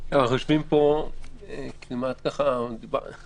אני מציעה שניקח מקרה בוחן, עניין הצימרים,